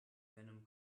venom